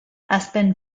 aspen